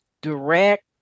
direct